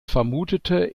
vermutete